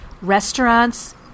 Restaurants